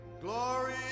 Glory